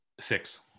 Six